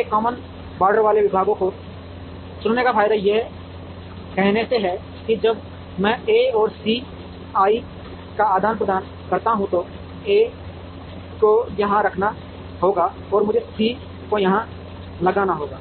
एक common border वाले विभागों को चुनने का फायदा यह कहने से है कि जब मैं ए और सीआई का आदान प्रदान करता हूं तो ए को यहां रखना होगा और मुझे सी को यहां लगाना होगा